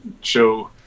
show